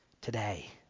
today